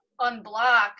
unblock